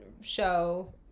show